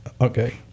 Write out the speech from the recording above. Okay